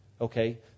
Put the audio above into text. Okay